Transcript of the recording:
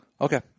Okay